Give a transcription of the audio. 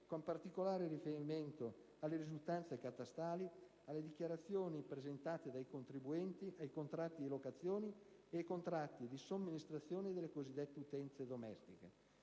con particolare riferimento alle risultanze catastali, alle dichiarazioni presentate dai contribuenti, ai contratti di locazione e ai contratti di somministrazione delle cosiddette utenze domestiche.